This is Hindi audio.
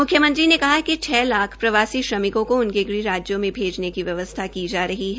मुख्यमंत्री ने कहा कि छः लाख प्रवासी श्रमिकों को उनके गृह राज्यों में भेजने की व्यवस्था की जा रही है